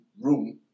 room